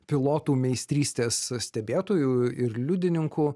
pilotų meistrystės stebėtojų ir liudininkų